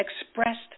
expressed